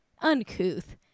Uncouth